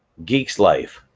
geeks life,